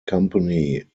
company